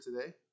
today